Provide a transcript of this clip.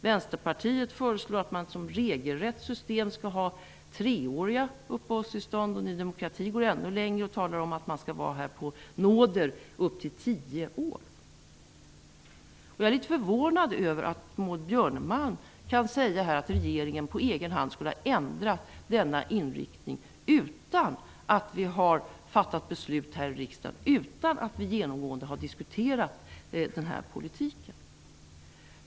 Vänsterpartiet föreslår att vi som regelrätt system skall ha treåriga uppehållstillstånd. Ny demokrati går ännu längre talar om att man skall vara här på nåder i upp till tio år. Jag är litet förvånad över att Maud Björnemalm säger att regeringen på egen hand skulle ha ändrat denna inriktning utan att riksdagen har fattat beslut och utan att vi genomgående har diskuterat den här politiken.